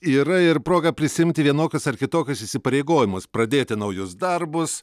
yra ir proga prisiimti vienokius ar kitokius įsipareigojimus pradėti naujus darbus